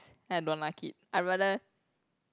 I don't like it I rather